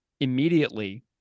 immediately